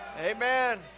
Amen